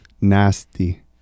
nasty